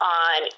on